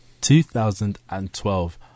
2012